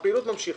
הפעילות ממשיכה.